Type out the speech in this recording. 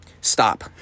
stop